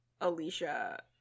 alicia